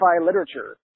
literature